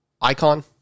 icon